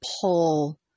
pull